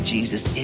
Jesus